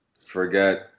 forget